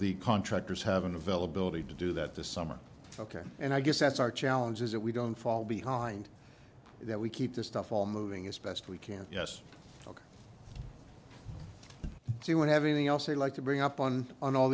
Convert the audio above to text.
the contractors have an availability to do that this summer ok and i guess that's our challenge is that we don't fall behind that we keep this stuff all moving as best we can yes ok so you won't have anything else they like to bring up on